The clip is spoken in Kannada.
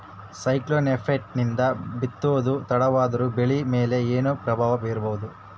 ಸೈಕ್ಲೋನ್ ಎಫೆಕ್ಟ್ ನಿಂದ ಬಿತ್ತೋದು ತಡವಾದರೂ ಬೆಳಿ ಮೇಲೆ ಏನು ಪ್ರಭಾವ ಬೀರಬಹುದು?